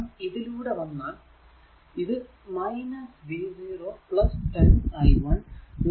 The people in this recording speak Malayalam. നാം ഇതിലൂടെ വന്നാൽ ഇത് v0 10 i1 6 i3 0